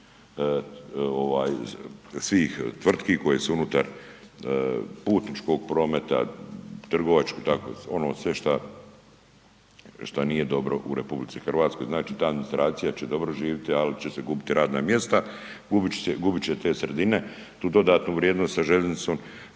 svih tvrtki koje su unutar putničkog prometa, trgovačko i tako, ono sve šta, šta nije dobro u RH, znači ta administracija će dobro živiti, al će se gubiti radna mjesta, gubit će te sredine tu dodatnu vrijednost sa željeznicom,